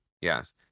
Yes